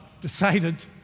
decided